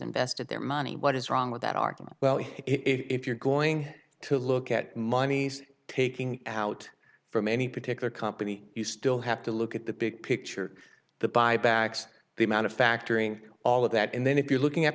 invested their money what is wrong with that argument well if you're going to look at monies taking out from any particular company you still have to look at the big picture the buybacks the amount of factoring all of that and then if you're looking at